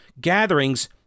gatherings